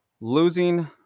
losing